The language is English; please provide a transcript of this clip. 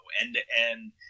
end-to-end